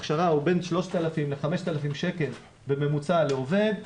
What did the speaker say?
הכשרה הוא בין 3,000 ל-5,000 שקל בממוצע לעובד,